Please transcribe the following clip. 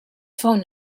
phone